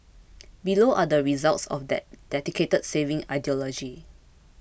below are the results of that dedicated saving ideology